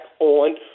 on